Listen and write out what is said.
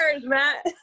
Matt